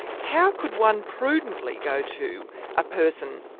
how could one prudently go to a person,